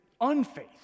unfaith